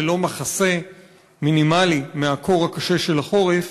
ללא מחסה מינימלי מהקור הקשה של החורף,